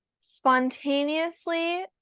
spontaneously